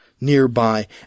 nearby